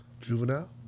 Juvenile